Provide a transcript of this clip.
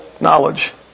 knowledge